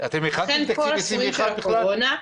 --- אתם הכנתם תקציב 2021 בכלל?